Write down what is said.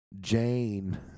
Jane